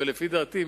לפי דעתי,